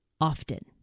often